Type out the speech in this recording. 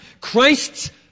Christ's